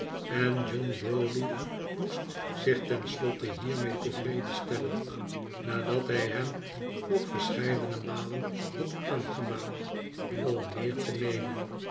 en john browdie moest zich tenslotte hiermee tevreden stellen nadat hij hem nog verscheidene malen had aangemaand om meer te nemen